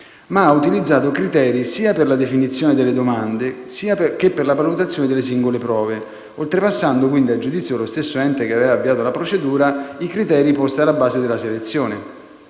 ma ha utilizzato criteri, sia per la definizione delle domande che per la valutazione delle singole prove, oltrepassando, a giudizio dello stesso ente che aveva avviato la procedura, i criteri posti alla base della selezione.